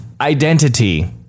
identity